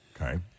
Okay